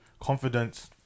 Confidence